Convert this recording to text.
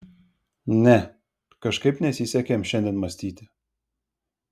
ne kažkaip nesisekė jam šiandien mąstyti